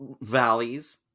valleys